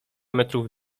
metrów